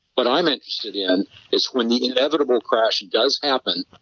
but i'm interested in is when the inevitable crash does happen.